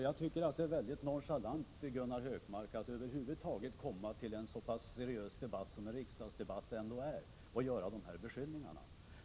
Jag tycker att det är mycket nonchalant av Gunnar Hökmark att över huvud taget komma till en så pass seriös debatt som en riksdagsdebatt ändå är och framställa de här beskyllningarna.